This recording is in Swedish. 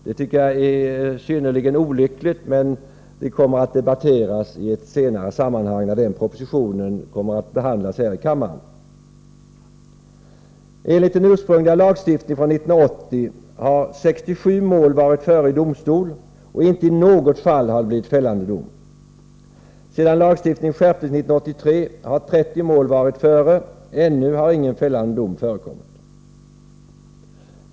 Jag tycker att det är synnerligen olyckligt, men detta kommer att debatteras i ett senare sammanhang, när propositionen behandlas här i kammaren. Enligt den ursprungliga lagstiftningen från 1980 har 67 mål varit före i domstol, och inte i något fall har det blivit fällande dom. Sedan lagstiftningen skärptes 1983 har 30 mål varit före. Ännu har ingen fällande dom förekommit.